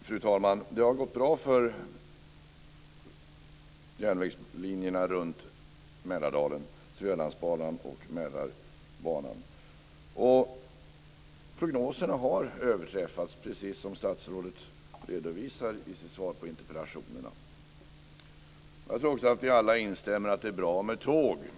Fru talman! Det har gått bra för järnvägslinjerna runt Mälardalen, Svealandsbanan och Mälarbanan. Prognoserna har överträffats, precis som statsrådet redovisar i sitt svar på interpellationerna. Jag tror också att vi alla instämmer i att det är bra med tåg.